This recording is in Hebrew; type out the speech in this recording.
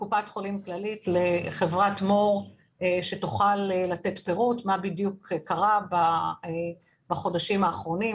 לקופת חולים כללית ולחברת מור שתוכל לתת פירוט מה קרה בחודשים האחרונים,